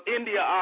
India